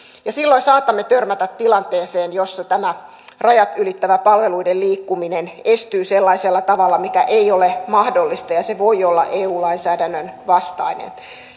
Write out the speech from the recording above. silloin saatamme törmätä tilanteeseen jossa tämä rajat ylittävä palveluiden liikkuminen estyy sellaisella tavalla mikä ei ole mahdollista ja ja se voi olla eu lainsäädännön vastainen